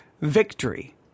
victory